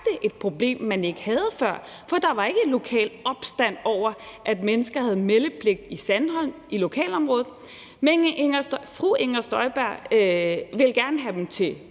et problem, man ikke havde før, for der var ikke opstand over, at mennesker havde meldepligt i Sandholm, i lokalområdet. Men fru Inger Støjberg ville gerne have dem til